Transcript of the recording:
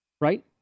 right